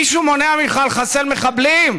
מישהו מונע ממך לחסל מחבלים?